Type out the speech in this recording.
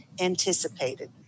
anticipated